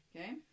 Okay